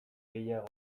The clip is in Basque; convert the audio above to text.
gehiago